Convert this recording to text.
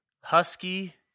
Husky